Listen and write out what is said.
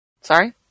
Sorry